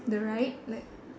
the right like